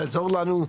תעזור לנו,